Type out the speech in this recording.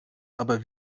aber